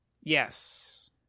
Yes